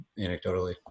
anecdotally